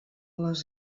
les